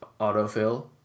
autofill